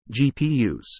GPUs